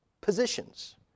positions